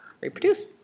reproduce